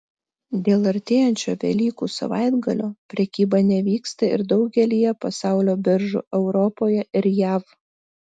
dėl artėjančio velykų savaitgalio prekyba nevyksta ir daugelyje pasaulio biržų europoje ir jav